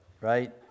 right